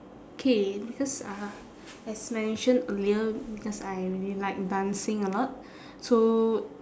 okay because uh as mentioned earlier because I really like dancing a lot so